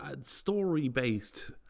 story-based